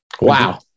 Wow